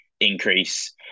increase